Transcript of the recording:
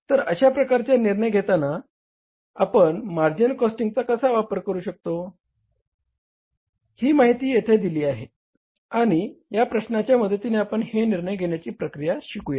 तर अशा प्रकारच्या निर्णय घेताना आपण मार्जिनल कॉस्टिंगचा कसा वापरू शकतो ही माहिती येथे दिली आहे आणि या प्रश्नाच्या मदतीने आपण ही निर्णय घेण्याची प्रक्रिया शिकूया